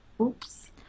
oops